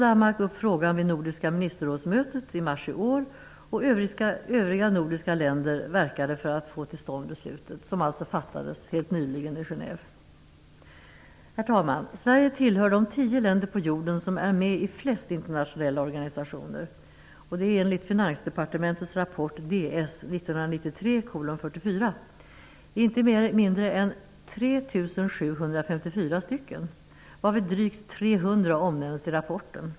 Danmark tog upp frågan vid Nordiska ministerrådsmötet i mars i år, och övriga nordiska länder verkade för att få till stånd ett beslut. Beslutet fattades alltså helt nyligen i Genève. Herr talman! Sverige tillhör de tio länder på jorden som är med i flest internationella organisationer. Enligt Finansdepartementets rapport Ds 1993:44 är det inte mindre än 3 754 stycken, varvid drygt 300 omnämns i rapporten.